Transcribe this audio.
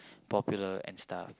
popular and stuff